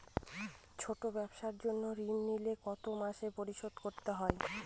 ছোট ব্যবসার জন্য ঋণ নিলে কত মাসে পরিশোধ করতে হয়?